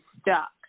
stuck